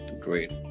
great